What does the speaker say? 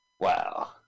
wow